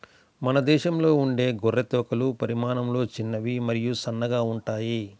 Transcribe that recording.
మన దేశంలో ఉండే గొర్రె తోకలు పరిమాణంలో చిన్నవి మరియు సన్నగా ఉంటాయి